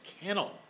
kennel